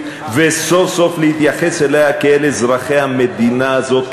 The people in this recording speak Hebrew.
וסוף-סוף להתייחס אליה כאל אזרחי המדינה הזאת,